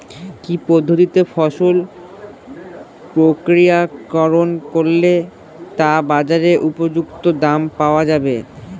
কি পদ্ধতিতে ফসল প্রক্রিয়াকরণ করলে তা বাজার উপযুক্ত দাম পাওয়া যাবে?